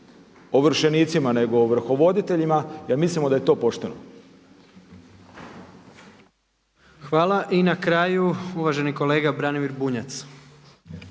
ovršenicima nego ovrhovoditeljima jer mislimo da je to pošteno. **Jandroković, Gordan (HDZ)** Hvala. I na kraju uvaženi kolega Branimir Bunjac.